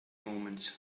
moments